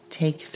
Take